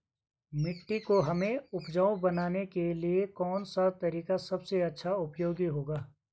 मिट्टी को हमें उपजाऊ बनाने के लिए कौन सा तरीका सबसे अच्छा उपयोगी होगा?